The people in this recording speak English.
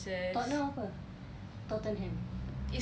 tottenham apa tottenham